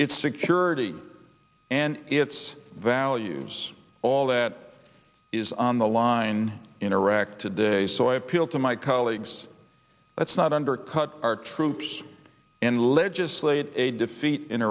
its security and its values all that is on the line in iraq today so i appeal to my colleagues let's not undercut our troops and legislate a defeat in